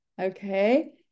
okay